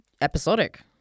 episodic